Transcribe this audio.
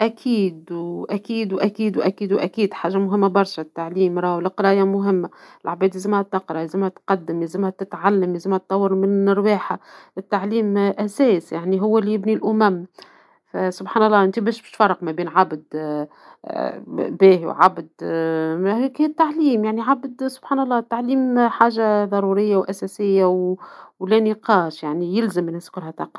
أكيد وأكيد وأكيد وأكيد وأكيد حاجة مهمة برشا التعليم راهو القراية مهمة، العباد لازمها تقرا لازمها تتقدم لازمها تتعلم لازمها تطور من رواحها، التعليم أساس يعني هو اللي يبني الأمم، آآ سبحان الله أنت باش تفرق ما بين عابد آآ آآ باهي وعابد آآ ما هيك هى التعليم يعني عبد سبحان الله التعليم حاجة ضرورية وأساسية ولا نقاش يعني يلزم نذكرها.